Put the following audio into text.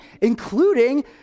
including